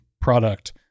product